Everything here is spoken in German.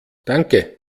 danke